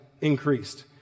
increased